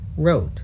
wrote